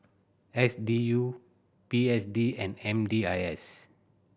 S D U P S D and M D I S